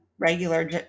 regular